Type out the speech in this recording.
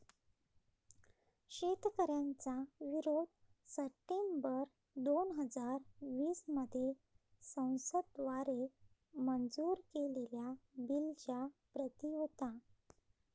शेतकऱ्यांचा विरोध सप्टेंबर दोन हजार वीस मध्ये संसद द्वारे मंजूर केलेल्या बिलच्या प्रति होता